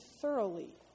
thoroughly